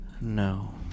No